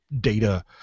data